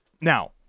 Now